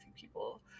people